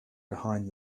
behind